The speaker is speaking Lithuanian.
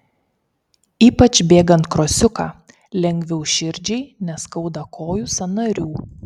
ypač bėgant krosiuką lengviau širdžiai neskauda kojų sąnarių